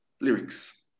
lyrics